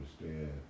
understand